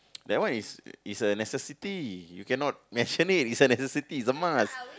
that one is is a necessity you cannot National Day is a necessity !alamak!